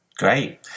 Great